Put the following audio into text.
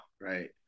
right